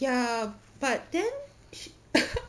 ya ya ya but then